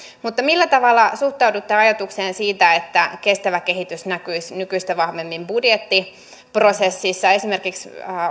myös ministereiltä millä tavalla suhtaudutte ajatukseen siitä että kestävä kehitys näkyisi nykyistä vahvemmin budjettiprosessissa esimerkiksi